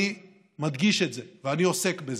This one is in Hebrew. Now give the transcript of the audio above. אני מדגיש את זה ואני עוסק בזה.